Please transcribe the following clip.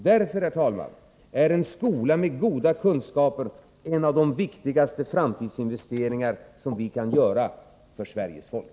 Därför, herr talman, är en skola med goda kunskaper en av de viktigaste framtidsinvesteringar som vi kan göra för Sveriges folk.